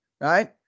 right